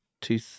two